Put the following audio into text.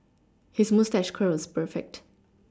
his moustache curl is perfect